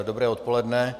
Dobré odpoledne.